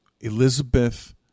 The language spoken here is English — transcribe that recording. Elizabeth